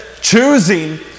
choosing